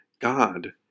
God